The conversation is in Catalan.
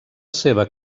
seva